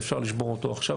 ואפשר לשבור אותו עכשיו,